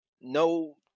no